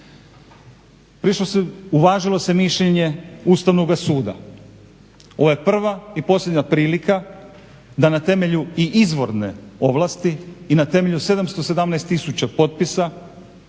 Uvažilo se mišljenje Ustavnoga suda. Ovo je prva i posljednja prilika da ne temelju i izvorne ovlasti i na temelju 717000 potpisa